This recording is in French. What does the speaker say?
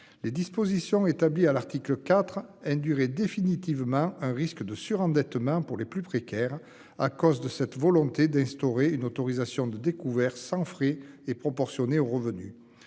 Les dispositions établies à l'article IV hein durée définitivement un risque de surendettement pour les plus précaires à cause de cette volonté d'instaurer une autorisation de découvert sans frais et proportionné aux revenus.